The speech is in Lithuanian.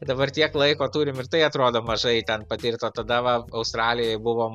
dabar tiek laiko turim ir tai atrodo mažai ten patirt o tada va australijoj buvom